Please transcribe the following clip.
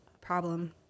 problem